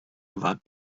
gewahrt